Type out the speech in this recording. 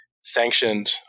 sanctioned